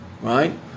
right